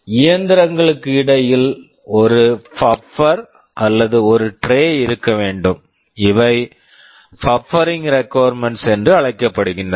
இயந்திரங்களுக்கு இடையில் ஒரு பபர் buffer அல்லது ஒரு ட்ரேய் tray இருக்க வேண்டும் இவை பபரிங் ரெகுவர்மென்ட்ஸ் buffering requirements கள் என்று அழைக்கப்படுகின்றன